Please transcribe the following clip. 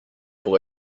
pour